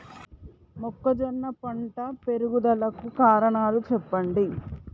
మొక్కజొన్న పంట ఎదుగుదల కు కారణాలు చెప్పండి?